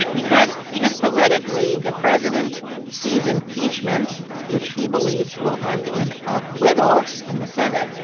because because politically, the president sees impeachment, which he believes will end in acquittal in the senate,